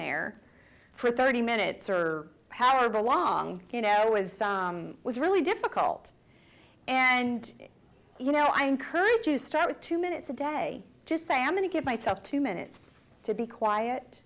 there for thirty minutes or however long it was was really difficult and you know i encourage you start with two minutes a day just say i'm going to give myself two minutes to be quiet